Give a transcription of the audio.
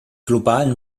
globalen